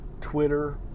Twitter